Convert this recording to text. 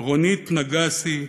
רונית נסגי,